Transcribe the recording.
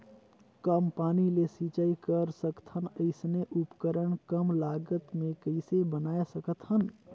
कम पानी ले सिंचाई कर सकथन अइसने उपकरण कम लागत मे कइसे बनाय सकत हन?